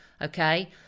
Okay